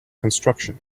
construction